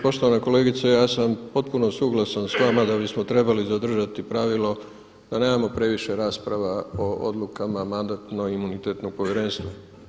Poštovana kolegice ja sam potpuno suglasan s vama da bismo trebali zadržati pravilo da nemamo previše rasprava o odlukama Mandatno-imunitetnog povjerenstva.